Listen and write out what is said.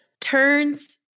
turns